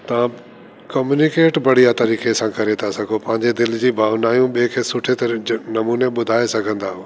तव्हां कम्यूनिकेट बढ़िया तरीके़ सां करे था सघो पंहिंजे दिलि जी भावनाऊं ॿे खे सुठे तरीके नमूने ॿुधाइ था सघंदव